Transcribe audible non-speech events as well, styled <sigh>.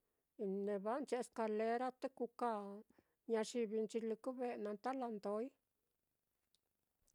Neva'anchi escalera te kuká ñayivinchi lɨkɨ ve'e naá ndalandói. <noise>